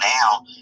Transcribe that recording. now